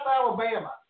Alabama